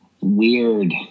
weird